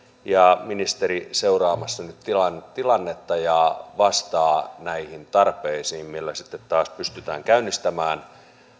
ja ministeri seuraamassa nyt tilannetta ja vastaavat näihin tarpeisiin millä sitten taas pystytään käynnistämään